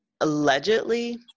Allegedly